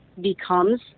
becomes